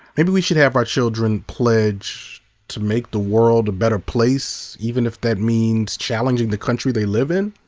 maybe we should have our children pledge to make the world a better place even if that means challenging the country they live in.